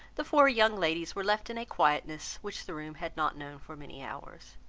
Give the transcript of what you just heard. the four young ladies were left in a quietness which the room had not known for many hours.